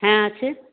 হ্যাঁ আছে